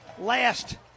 Last